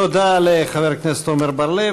תודה לחבר הכנסת עמר בר-לב.